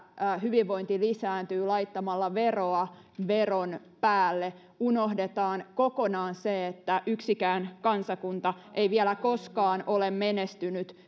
hyvinvointi lisääntyy laittamalla veroa veron päälle unohdetaan kokonaan se että yksikään kansakunta ei vielä koskaan ole menestynyt